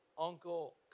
uncle